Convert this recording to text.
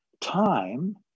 time